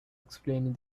explaining